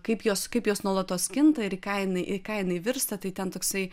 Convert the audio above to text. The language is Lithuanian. kaip jos kaip jos nuolatos kinta ir ką į ką jinai virsta tai ten toksai